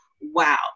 wow